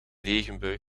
regenbui